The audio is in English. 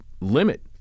limit